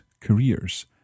careers